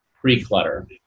pre-clutter